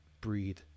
breathe